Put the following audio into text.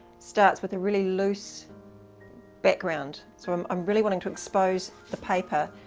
starts with a really loose background, so i'm um really wanting to expose the paper.